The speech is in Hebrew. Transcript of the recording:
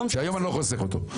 שהיום אני לא חוסך אותו.